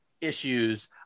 issues